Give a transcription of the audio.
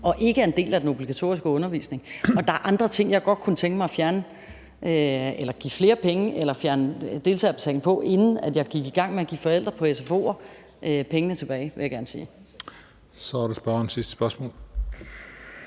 og ikke er en del af den obligatoriske undervisning. Og der er andre ting, jeg godt kunne tænke mig at give flere penge til eller fjerne deltagerbetaling på, inden jeg gik i gang med at give forældre til børn på sfo'er pengene tilbage, vil jeg gerne sige. Kl. 14:22 Den fg. formand